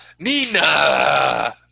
Nina